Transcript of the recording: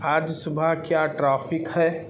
آج صبح کیا ٹرافک ہے